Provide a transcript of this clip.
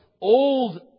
old